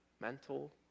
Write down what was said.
mental